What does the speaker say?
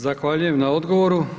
Zahvaljujem na odgovoru.